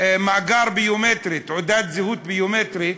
מאגר ביומטרי, תעודת זהות ביומטרית,